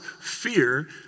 fear